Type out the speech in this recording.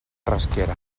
rasquera